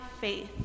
faith